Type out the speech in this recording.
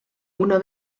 una